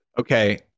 Okay